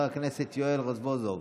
חבר הכנסת יואל רזבוזוב,